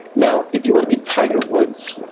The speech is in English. now, if you want to be tiger woods,